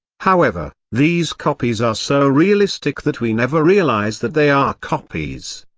however, these copies are so realistic that we never realize that they are copies.